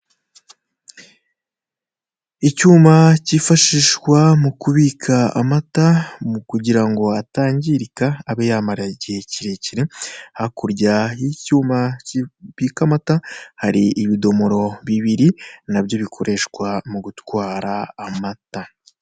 Icyuma kifashishwa mu kubika amata mu kugira ngo atangirika abe yamara igihe kirekire hakurya y'icyuma kibika amata hari ibidomoro bibiri nabyo bikoreshwa mu gutwara amata.